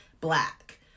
black